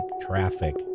traffic